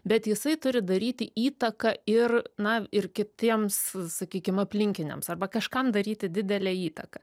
bet jisai turi daryti įtaką ir na ir kitiems sakykim aplinkiniams arba kažkam daryti didelę įtaką